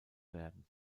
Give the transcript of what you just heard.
werden